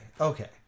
okay